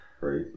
Right